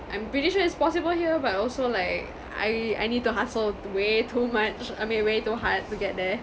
I'm pretty sure it's possible here but also like I I need to hustle way too much I mean way too hard to get there